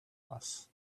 hours